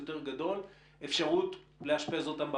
יותר גדול אפשרות לאשפז אותם בבית,